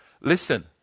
listen